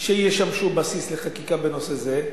שישמשו בסיס לחקיקה בנושא זה,